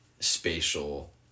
Spatial